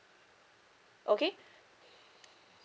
okay